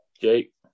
Jake